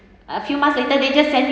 a few months later they just send you